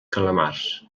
calamars